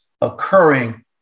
occurring